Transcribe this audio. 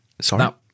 sorry